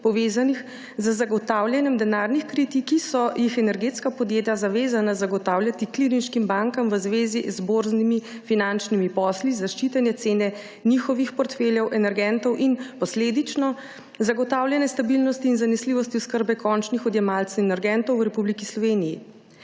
povezanih z zagotavljanjem denarnih kritik, ki so jih energetska podjetja zavezana zagotavljati klirinškim bankam v zvezi z borznimi finančnimi posli, zaščitene cene njihovih portfeljev energentov in posledično zagotavljanje stabilnosti in zanesljivosti oskrbe končnih odjemalcev in energentov v Republiki Sloveniji.